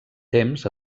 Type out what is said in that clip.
temps